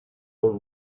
own